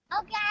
Okay